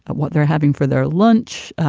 what they're having for their lunch,